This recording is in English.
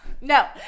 No